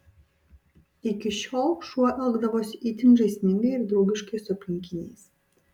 iki šiol šuo elgdavosi itin žaismingai ir draugiškai su aplinkiniais